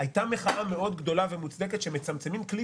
הייתה מחאה מאוד גדולה ומוצדקת שמצמצמים כלי